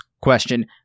question –